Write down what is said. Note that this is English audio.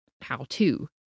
how-to